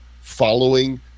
following